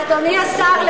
אדוני השר,